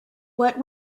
what